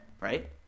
right